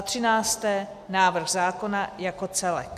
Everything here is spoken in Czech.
13. návrh zákona jako celek.